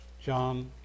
John